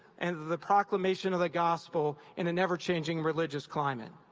and the proclamation of the gospel in an ever-changing religious climate.